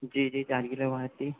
जी जी चार किलो इमारती